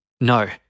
No